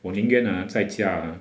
我宁愿 ah 在家 ah